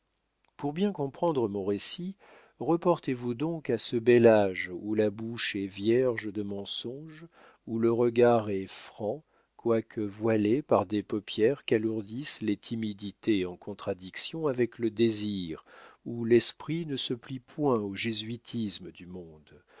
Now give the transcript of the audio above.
pour bien comprendre mon récit reportez vous donc à ce bel âge où la bouche est vierge de mensonges où le regard est franc quoique voilé par des paupières qu'alourdissent les timidités en contradiction avec le désir où l'esprit ne se plie point au jésuitisme du monde